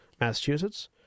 Massachusetts